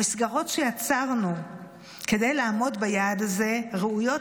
המסגרות שיצרנו כדי לעמוד ביעד הזה ראויות